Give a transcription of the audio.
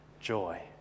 Joy